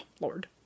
Lord